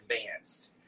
advanced